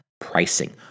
pricing